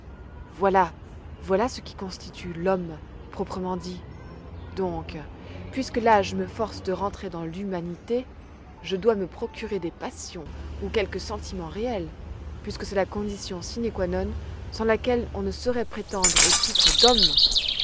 voilà voilà ce qui constitue l'homme proprement dit donc puisque l'âge me force de rentrer dans l'humanité je dois me procurer des passions ou quelque sentiment réel puisque c'est la condition sine qua non sans laquelle on ne saurait prétendre au titre d'homme